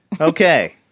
Okay